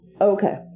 okay